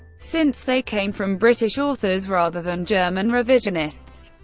since they came from british authors, rather than german revisionists.